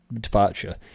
departure